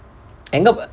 எங்க:enga